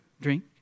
drink